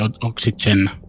oxygen